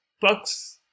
books